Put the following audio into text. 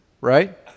right